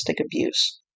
abuse